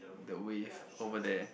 the wave over there